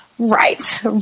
Right